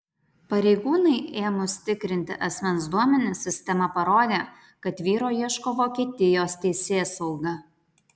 pareigūnui ėmus tikrinti asmens duomenis sistema parodė kad vyro ieško vokietijos teisėsauga